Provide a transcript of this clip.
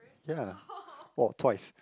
ya well twice